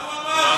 מה הוא אמר?